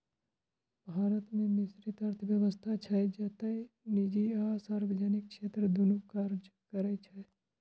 भारत मे मिश्रित अर्थव्यवस्था छै, जतय निजी आ सार्वजनिक क्षेत्र दुनू काज करै छै